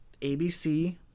ABC